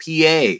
PA